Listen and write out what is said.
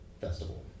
Festival